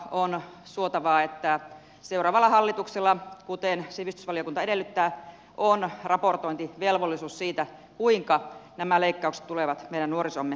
on suotavaa että seuraavalla hallituksella kuten sivistysvaliokunta edellyttää on raportointivelvollisuus siitä kuinka nämä leikkaukset tulevat meidän nuorisoamme kohtelemaan